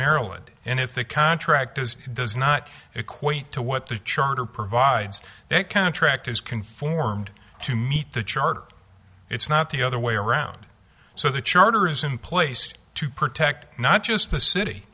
maryland and if the contract is does not equate to what the charter provides that contract is conformed to meet the charter it's not the other way around so the charter is in place to protect not just the city